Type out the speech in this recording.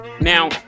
Now